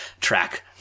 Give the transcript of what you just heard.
track